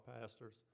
pastors